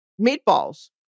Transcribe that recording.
meatballs